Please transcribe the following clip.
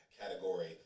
category